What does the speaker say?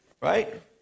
right